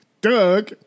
Doug